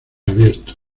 abierto